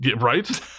Right